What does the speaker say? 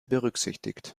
berücksichtigt